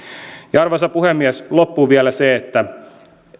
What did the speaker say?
ja arvoisa puhemies loppuun vielä se että